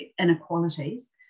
inequalities